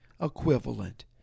equivalent